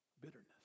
bitterness